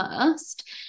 first